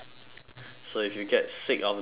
so if you get sick of the food